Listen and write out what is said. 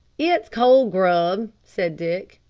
it's cold grub, said dick,